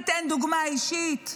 תיתן דוגמה אישית.